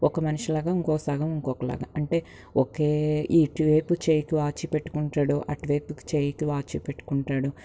ఒక మనిషిలాగా ఇంకో సగం ఇంకోకలాగా అంటే ఒకే ఇటువైపు చెయ్యికి వాచ్ పెట్టుకుంటాడు అటువైపుకి చెయ్యికి వాచ్ పెట్టుకుంటాడు